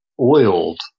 oiled